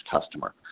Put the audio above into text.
customer